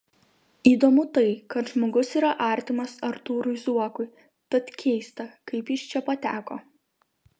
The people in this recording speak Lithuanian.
įdomu tai kad žmogus yra artimas artūrui zuokui tad keista kaip jis čia pateko